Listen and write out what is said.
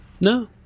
No